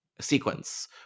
sequence